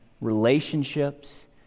relationships